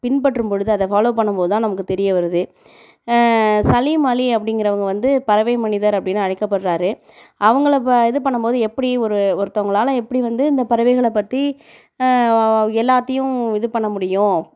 பின்பற்றும்பொழுது அதை ஃபாலோவ் பண்ணும்போது தான் நமக்கு தெரிய வருது சலீம் அலி அப்படிங்கிறவங்க வந்து பறவை மனிதர் அப்படின்னு அழைக்கப்படுறார் அவங்களை இது பண்ணும்போது எப்படி ஒரு ஒருத்தவங்களால் எப்படி வந்து இந்த பறவைகளை பற்றி எல்லாத்தையும் இது பண்ண முடியும்